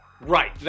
Right